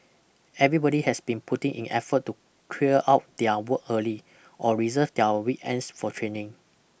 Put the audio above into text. everybody has been putting in effort to clear out their work early or reserve their weekends for training